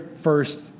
first